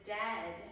dead